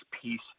peace